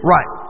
Right